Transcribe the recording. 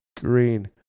green